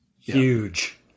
Huge